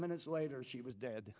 minutes later she was dead